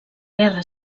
guerra